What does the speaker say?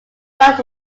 both